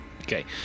Okay